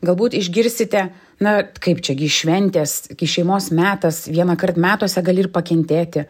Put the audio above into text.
galbūt išgirsite na kaip čiagi šventės gi šeimos metas vienąkart metuose gali ir pakentėti